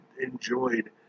enjoyed